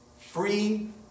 free